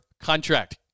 contract